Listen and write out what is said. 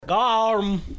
Garm